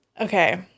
okay